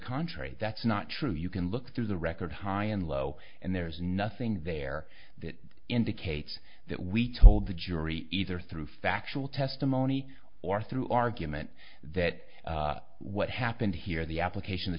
contrary that's not true you can look through the record high and low and there's nothing there that indicates that we told the jury either through factual testimony or through argument that what happened here the application th